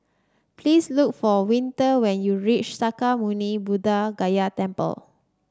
please look for Winter when you reach Sakya Muni Buddha Gaya Temple